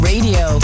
Radio